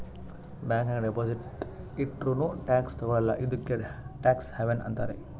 bank ನಾಗ್ deposit ಇಟ್ಟುರ್ನೂ tax ತಗೊಳಲ್ಲ ಇದ್ದುಕೆ ಟ್ಯಾಕ್ಸ್ ಹವೆನ್ ಅಂತಾರ್